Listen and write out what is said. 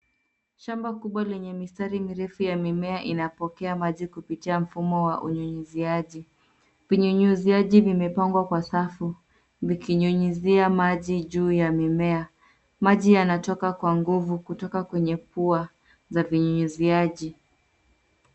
Shamba kubwa lenye mistari mirefu ya mimea inapokea maji kupitia mfumo wa unyunyiziaji. Vinyunyiziaji vimepangwa kwenye safu vikinyunyizia maji juu ya mimea. Maji yanatoka kwa nguvu kutoka kwa pua ya vinyunyiziaji